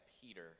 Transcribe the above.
Peter